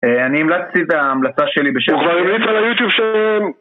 אני המלצתי את ההמלצה שלי בשביל... הוא כבר ימליץ על היוטיוב של...